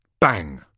Bang